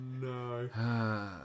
no